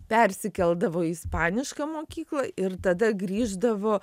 persikeldavo į ispanišką mokyklą ir tada grįždavo